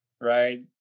right